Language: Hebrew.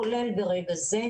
כולל ברגע זה,